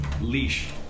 Leash